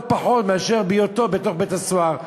לא פחות מאשר בהיותו בתוך בית-הסוהר.